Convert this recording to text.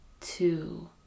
two